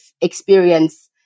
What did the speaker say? experience